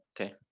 Okay